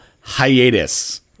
hiatus